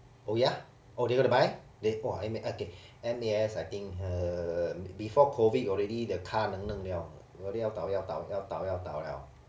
oh ya oh do you want to buy !wah! eh okay M_A_S I think err before COVID already the ka neng neng liao 要倒要倒要倒要倒 liao